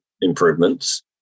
improvements